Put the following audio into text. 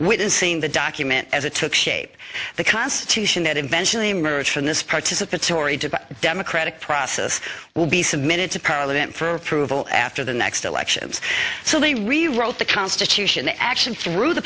seeing the document as it took shape the constitution that eventually emerge from this participatory to democratic process will be submitted to parliament for approval after the next elections so they rewrote the constitution actually through the